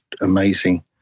amazing